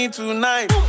tonight